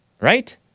Right